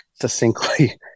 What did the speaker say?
succinctly